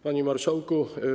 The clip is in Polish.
Panie Marszałku!